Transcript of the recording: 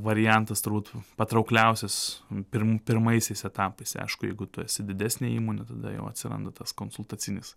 variantas turbūt patraukliausias pirm pirmaisiais etapais aišku jeigu tu esi didesnė įmonė tada jau atsiranda tas konsultacinis